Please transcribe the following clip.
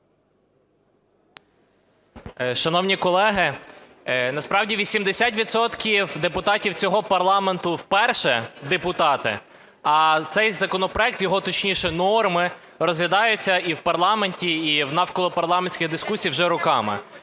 Шановні колеги, насправді 80 відсотків депутатів цього парламенту вперше депутати, а цей законопроект, точніше, його норми розглядаються і в парламенті, і в навколопарламентських дискусіях вже роками.